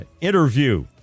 interview